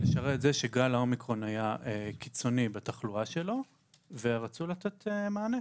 לשרת את זה שגל האומיקרון היה קיצוני בתחלואה שלו ורצו לתת למענה.